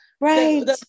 Right